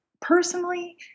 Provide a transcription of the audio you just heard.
Personally